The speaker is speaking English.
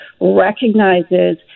recognizes